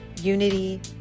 unity